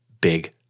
big